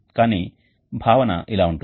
కానీ భావన ఇలా ఉంటుంది